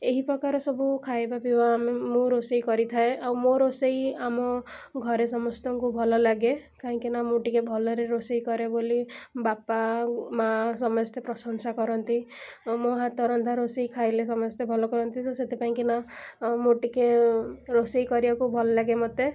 ଏହି ପ୍ରକାର ସବୁ ଖାଇବା ପିଇବା ମୁଁ ରୋଷେଇ କରିଥାଏ ଆଉ ମୋ ରୋଷେଇ ଆମ ଘରେ ସମସ୍ତଙ୍କୁ ଭଲ ଲାଗେ କାହିଁକି ନା ମୁଁ ଟିକେ ଭଲରେ ରୋଷେଇ କରେ ବୋଲି ବାପା ମା' ସମସ୍ତେ ପ୍ରଶଂସା କରନ୍ତି ଆଉ ମୋ ହାତ ରନ୍ଧା ରୋଷେଇ ଖାଇଲେ ସମସ୍ତେ ଭଲ କହନ୍ତି ତ ସେଥିପାଇଁଙ୍କି ନା ଆଉ ମୁଁ ଟିକେ ରୋଷେଇ କରିବାକୁ ଭଲ ଲାଗେ ମୋତେ